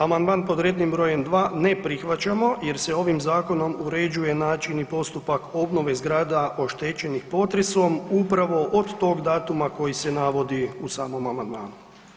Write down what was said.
Amandman pod rednim br. 2 ne prihvaćamo jer se ovim zakonom uređuje način i postupak obnove zgrada oštećenih potresom upravo od tog datuma koji se navodi u samom amandmanu.